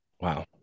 Wow